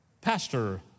Pastor